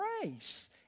grace